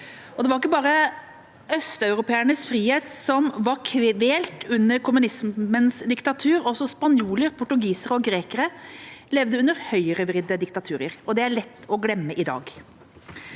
Det var ikke bare østeuropeernes frihet som var kvalt under kommunismens diktatur, også spanjoler, portugisere og grekere levde under høyrevridde diktaturer. Det er det lett å glemme i dag.